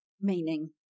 meaning